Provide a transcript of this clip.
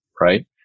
right